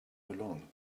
long